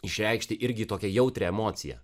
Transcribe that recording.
išreikšti irgi tokią jautrią emociją